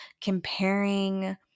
comparing